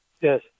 Yes